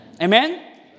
Amen